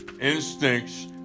instincts